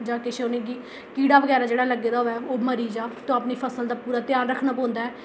कीड़ा बगैरा जेह्ड़ा लग्गे दा होऐ ओह् मरी जा ते अपनी फसल दा पूरा ध्यान बगैरा रक्खना पौंदा ऐ